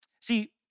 See